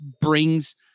brings